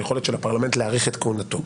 היכולת של הפרלמנט להאריך את כהונתו.